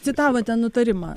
citavote nutarimą